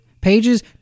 Pages